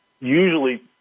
usually